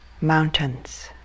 Mountains